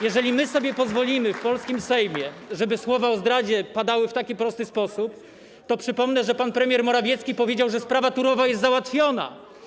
Jeżeli my sobie pozwolimy w polskim Sejmie, żeby słowa o zdradzie padały w taki prosty sposób, to przypomnę, że pan premier Morawiecki powiedział, że sprawa Turowa jest załatwiona.